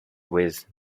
with